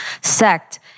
sect